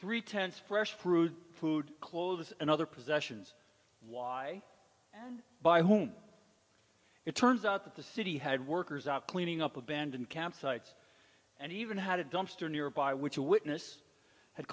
three tenth's fresh fruit food clothes and other possessions why buy a home it turns out that the city had workers out cleaning up abandoned campsites and even had a dumpster nearby which a witness had